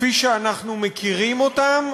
כפי שאנחנו מכירים אותם